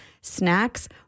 snacks